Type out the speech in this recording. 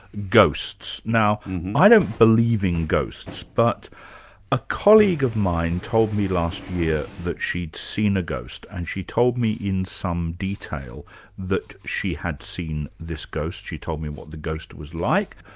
ghosts. now i don't believe in ghosts but a colleague of mine told me last year that she'd seen a ghost, and she told me in some detail that she had seen this ghost she told me what the ghost was like,